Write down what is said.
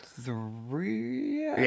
three